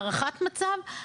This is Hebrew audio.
הערכת מצב,